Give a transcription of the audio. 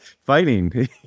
fighting